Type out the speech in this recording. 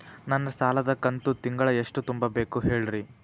ನನ್ನ ಸಾಲದ ಕಂತು ತಿಂಗಳ ಎಷ್ಟ ತುಂಬಬೇಕು ಹೇಳ್ರಿ?